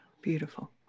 beautiful